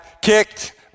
kicked